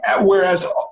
Whereas